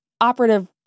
Operative